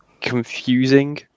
confusing